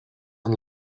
and